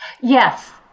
yes